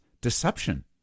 deception